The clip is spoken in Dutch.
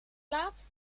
laat